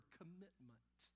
commitment